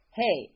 hey